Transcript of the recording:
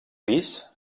pis